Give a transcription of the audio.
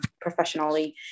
professionally